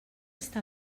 està